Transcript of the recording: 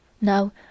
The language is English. Now